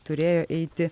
turėjo eiti